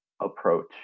approach